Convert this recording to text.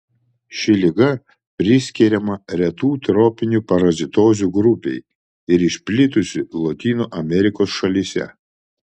ši liga priskiriama retų tropinių parazitozių grupei ir išplitusi lotynų amerikos šalyse